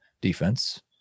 defense